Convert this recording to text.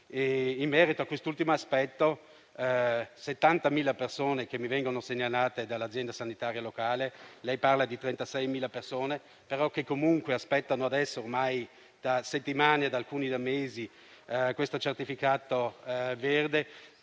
In merito a quest'ultimo aspetto, sono 70.000 le persone che mi vengono segnalate dell'Azienda sanitaria locale (lei parla di 36.000 persone) che aspettano, ormai da settimane e alcuni da mesi, questo certificato verde